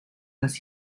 raz